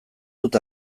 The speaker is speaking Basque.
dut